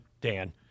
Dan